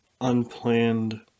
unplanned